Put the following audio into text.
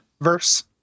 verse